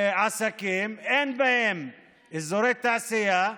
אין בהם עסקים, אין בהם אזורי תעשייה,